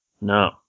No